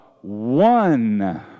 one